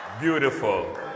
Beautiful